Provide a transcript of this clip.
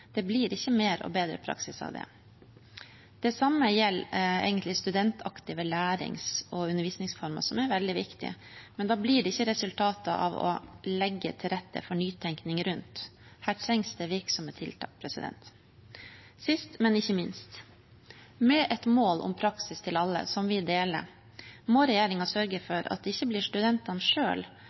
Det blir ikke mer og bedre praksis av det. Det samme gjelder studentaktive lærings- og undervisningsformer, som er veldig viktig, men det blir ikke resultater av «å legge til rette for nytenkning rundt». Her trengs det virksomme tiltak. Sist, men ikke minst: Med et mål om praksis til alle, som vi deler, må regjeringen sørge for at det ikke blir studentene